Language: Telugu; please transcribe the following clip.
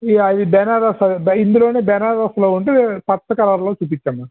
ఈ ఆ ఈ బెనారస్ ఇందులోనే బెనారస్ లో ఉండే పచ్చ కలర్ లో చూపించమ్మా